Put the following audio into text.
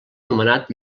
nomenat